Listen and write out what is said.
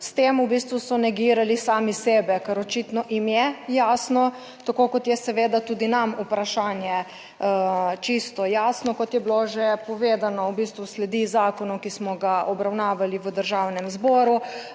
S tem v bistvu so negirali sami sebe, ker očitno jim je jasno, tako kot je seveda tudi nam vprašanje čisto jasno, kot je bilo že povedano, v bistvu sledi zakonu, ki smo ga obravnavali v Državnem zboru,